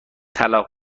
طلاق